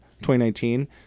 2019